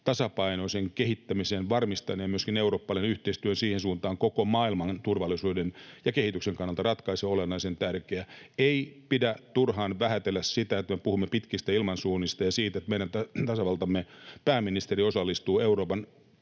tasapainoisen kehittämisen varmistaminen ja myöskin eurooppalainen yhteistyö siihen suuntaan on koko maailman turvallisuuden ja kehityksen kannalta ratkaisevan ja olennaisen tärkeä. Ei pidä turhaan vähätellä sitä, että puhumme pitkistä ilmansuunnista, ja sitä, että meidän tasavaltamme pääministeri osallistuu Euroopan